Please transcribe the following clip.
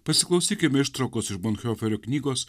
pasiklausykime ištraukos iš knygos